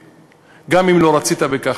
גם אם לא רצית בכך,